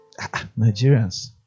Nigerians